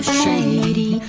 Shady